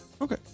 Okay